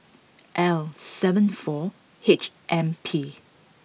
L seven four H M P